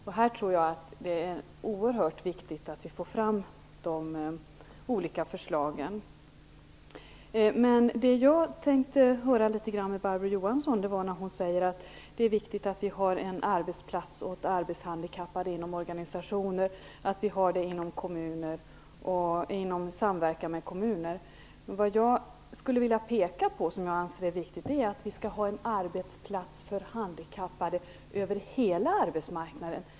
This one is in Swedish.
Jag tror att det är oerhört viktigt att vi får fram de olika förslagen. Men det som jag tänkte höra litet grand med Barbro Johansson om rör hennes uttalande att det är viktigt att vi har arbetsplatser åt handikappade inom organisationer, i kommuner och i samverkan med kommuner. Vad jag skulle vilja peka på som viktigt är att vi skall ha arbetsplatser för handikappade över hela arbetsmarknaden.